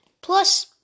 plus